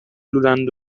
لولند